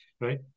right